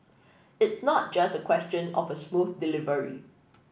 it not just a question of a smooth delivery